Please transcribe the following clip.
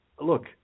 Look